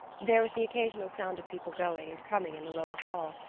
there was the occasional sound of people going and coming in the lower hall.